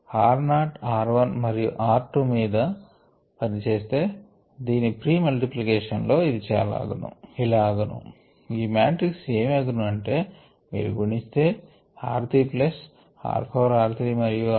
r not r 1 మరియు r 2 మీద పని చేస్తే దీని ప్రి మల్టిప్లికేషన్ లో ఇది ఇలా అగును ఈ మాట్రిక్స్ ఏమి అగును అంటే మీరు గుణిస్తే r 3 ప్లస్ r 4 r 3 మరియు r 4